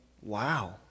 wow